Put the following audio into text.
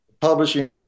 publishing